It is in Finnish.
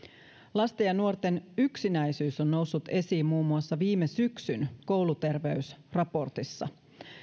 lasten ja nuorten yksinäisyys on noussut esiin muun muassa viime syksyn kouluterveysraportissa